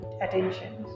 attention